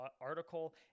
article